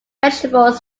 vegetables